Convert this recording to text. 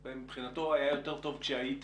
ושמבחינתו היה יותר טוב כשהייתם.